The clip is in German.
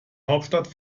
hauptstadt